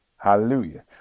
hallelujah